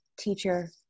teacher